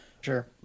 Sure